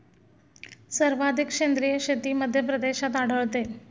सर्वाधिक सेंद्रिय शेती मध्यप्रदेशात आढळते